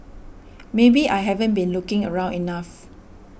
maybe I haven't been looking around enough